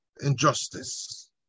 injustice